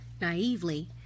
Naively